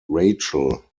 rachel